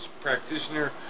practitioner